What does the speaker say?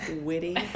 witty